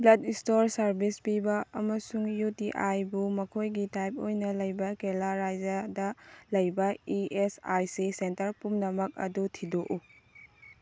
blood store service ꯄꯤꯕ ꯑꯃꯁꯨꯡ U T ꯑꯥꯏꯕꯨ ꯃꯈꯣꯏꯒꯤ ꯇꯥꯏꯞ ꯑꯣꯏꯅ ꯂꯩꯕ ꯀꯦꯔꯂꯥ ꯔꯥꯏꯖꯥꯗ ꯂꯩꯕ E S I C centre ꯄꯨꯝꯅꯃꯛ ꯑꯗꯨ ꯊꯤꯗꯣꯛꯎ